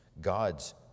God's